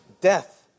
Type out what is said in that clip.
death